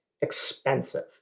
expensive